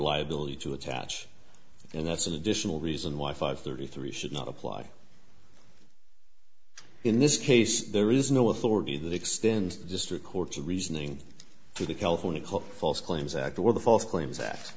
liability to attach and that's an additional reason why five thirty three should not apply in this case there is no authority that extends the district court's reasoning to the california cop false claims act or the false claims a